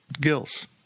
Gills